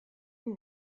who